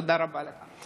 תודה רבה לך.